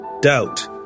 doubt